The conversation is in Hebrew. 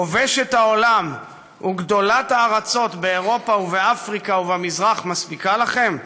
כובשת העולם גדולת הארצות באירופה ובאפריקה ובמזרח מספיקה לכם?